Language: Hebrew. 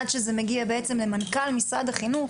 עד שזה מגיע למנכ"ל משרד החינוך